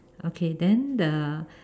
okay then the